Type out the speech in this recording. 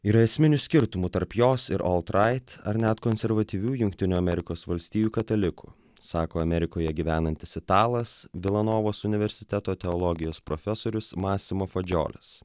yra esminių skirtumų tarp jos ir oltrait ar net konservatyvių jungtinių amerikos valstijų katalikų sako amerikoje gyvenantis italas vilanovos universiteto teologijos profesorius masimo fadžiolis